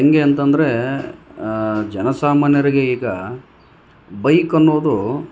ಹೆಂಗೆ ಅಂತ ಅಂದ್ರೆ ಜನಸಾಮಾನ್ಯರಿಗೆ ಈಗ ಬೈಕ್ ಅನ್ನೋದು